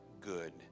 good